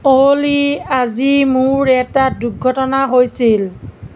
অ'লি আজি মোৰ এটা দুৰ্ঘটনা হৈছিল